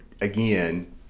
again